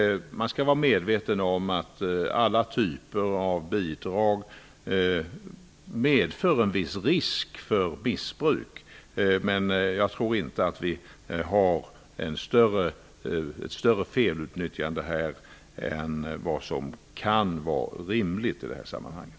Man skall vara medveten om att alla typer av bidrag medför en viss risk för missbruk. Jag tror inte att vi har ett större felutnyttjande här än vad som kan vara rimligt i sammanhanget.